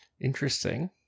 Interesting